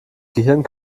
gehirn